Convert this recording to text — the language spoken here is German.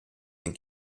den